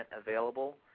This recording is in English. available